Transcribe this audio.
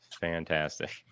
fantastic